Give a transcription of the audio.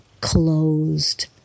closed